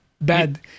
bad